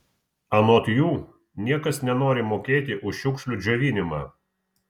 anot jų niekas nenori mokėti už šiukšlių džiovinimą